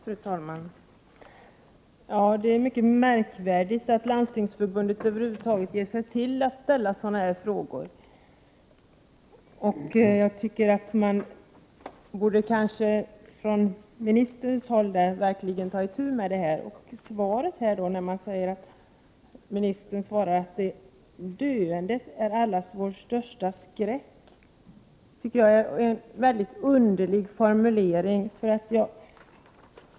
Fru talman! Det är mycket märkligt att Landstingsförbundet ger sig till att ställa sådana här frågor. Från ministerns håll borde man kanske verkligen ta itu med detta. Ministern säger i svaret att ”döendet är allas vår största skräck”. Jag tycker att det är en mycket underlig formulering.